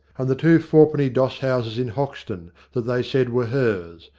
and the two fourpenny doss-houses in hoxton that they said were hers,